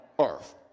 earth